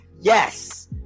Yes